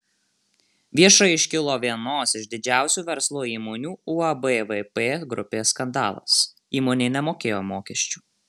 viešai iškilo vienos iš didžiausių verslo įmonių uab vp grupė skandalas įmonė nemokėjo mokesčių